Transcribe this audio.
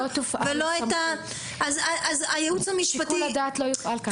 אז הייעוץ המשפטי -- שיקול הדעת לא יופעל כך.